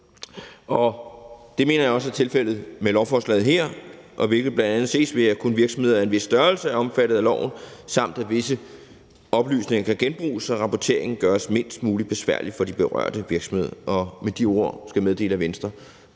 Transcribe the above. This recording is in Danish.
Det mener jeg også er tilfældet med lovforslaget her, hvilket bl.a. ses ved, at kun virksomheder af en vis størrelse er omfattet af loven, samt at visse oplysninger kan genbruges, så rapporteringen gøres mindst mulig besværlig for de berørte virksomheder. Og med de ord skal jeg meddele, at Venstre